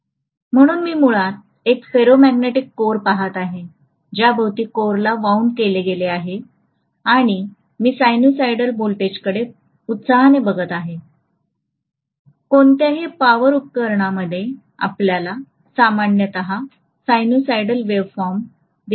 म्हणून मी मुळात एक फेरोमॅग्नेटिक कोर पहात आहे ज्याभोवती कोरला वाउंड केले आहे आणि मी सायनुसायडल व्होल्टेजकडे उत्साहाने बघत आहे कोणत्याही पॉवर उपकरणामध्ये आपल्याला सामान्यत साइनसॉइडल वेव्हफॉर्म दिलेले दिसेल